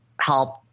help